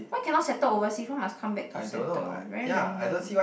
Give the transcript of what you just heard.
why cannot settle overseas why must come back to settle very random